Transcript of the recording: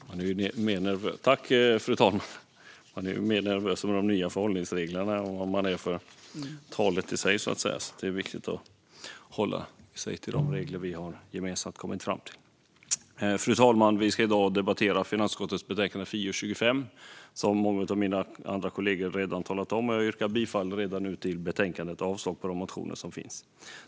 Fru talman! Vi ska i dag debattera finansutskottets betänkande FiU25, vilket många kollegor redan talat om. Jag yrkar redan nu bifall till utskottets förslag och avslag på motionerna.